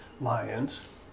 Lions